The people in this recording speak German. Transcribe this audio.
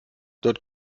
dort